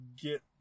get